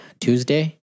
Tuesday